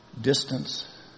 Distance